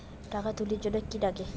টাকা তুলির জন্যে কি লাগে?